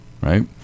right